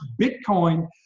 Bitcoin